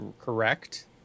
correct